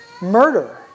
Murder